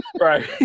Right